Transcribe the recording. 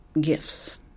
gifts